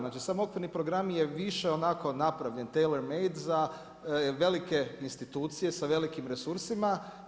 Znači sam okvirni program je više onako napravljen teilor made za velike institucije sa velikim resursima.